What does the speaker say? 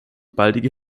baldige